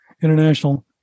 International